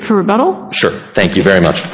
bit for a battle sure thank you very much